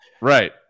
right